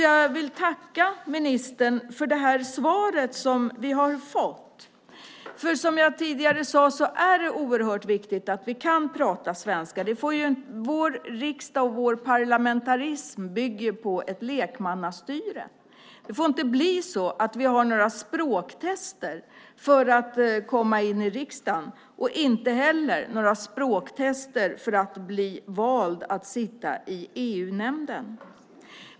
Jag vill tacka ministern för svaret som vi har fått. Som jag tidigare sade är det oerhört viktigt att vi kan prata svenska. Vår riksdag och vår parlamentarism bygger på ett lekmannastyre. Det får inte bli så att vi har språktester för att komma in i riksdagen eller för att bli vald att sitta i EU-nämnden.